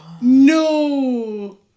No